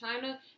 China